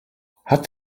hat